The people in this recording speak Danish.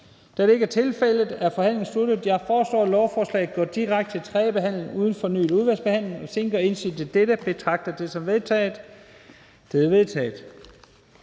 Da det ikke er tilfældet, er forhandlingen sluttet. Jeg foreslår, at lovforslaget går direkte til tredjebehandling uden fornyet udvalgsbehandling. Hvis ingen gør indsigelse mod dette, betragter jeg det som vedtaget. Det er vedtaget.